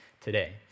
today